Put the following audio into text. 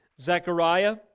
Zechariah